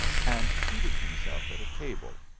and seated himself at a table,